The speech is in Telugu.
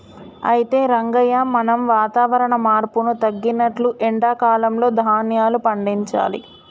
అయితే రంగయ్య మనం వాతావరణ మార్పును తగినట్లు ఎండా కాలంలో ధాన్యాలు పండించాలి